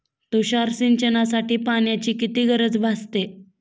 तुषार सिंचनासाठी पाण्याची किती गरज भासते?